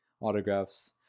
autographs